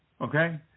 Okay